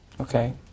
Okay